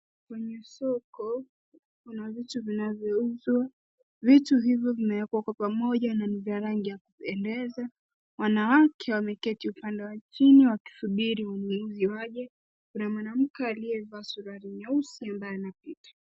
Kwenye soko kuna vitu vinavyo uzwa. Vitu hivyo vimewekwa kwa pamoja na ni za rangi ya kupendeza. Wanawake wameketi upande wa chini wakisubiri mlinzi waje na mwanamke aliyevaa suruali nyeusi ambaye anapita.